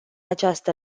această